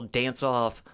dance-off